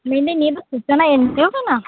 ᱢᱮᱱ ᱫᱟᱹᱧ ᱱᱚᱣᱟ ᱫᱚ ᱥᱩᱪᱚᱱᱟ ᱮᱱ ᱡᱤ ᱳ ᱠᱟᱱᱟ